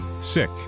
sick